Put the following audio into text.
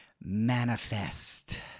manifest